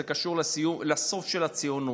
זה קשור לסוף של הציונות.